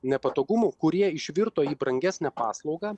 nepatogumų kurie išvirto į brangesnę paslaugą